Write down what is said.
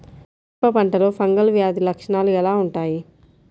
మిరప పంటలో ఫంగల్ వ్యాధి లక్షణాలు ఎలా వుంటాయి?